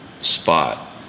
spot